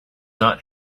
not